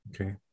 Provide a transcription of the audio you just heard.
Okay